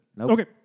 Okay